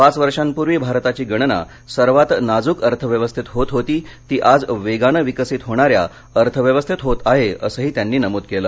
पाच वर्षापूर्वी भारताची गणना सर्वात नाजूक अर्थव्यवस्थेत होत होती ती आज वेगानं विकसित होणाऱ्या अर्थव्यवस्थेत होत आहे असंही त्यांनी नमूद केलं